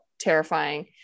terrifying